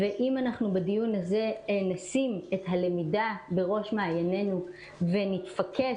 אם בדיון הזה נשים את הלמידה בראש מעייננו ונתמקד